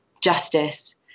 justice